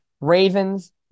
Ravens